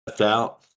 out